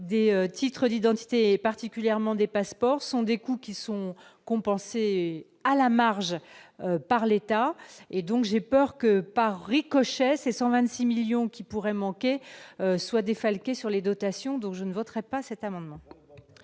des titres d'identité et particulièrement des passeports sont des coûts qui sont compensées à la marge par l'État et donc j'ai peur que, par ricochet, c'est 126 millions qui pourrait manquer soit défalqué sur les dotations, donc je ne voterai pas cet amendement.